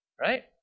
right